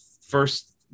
first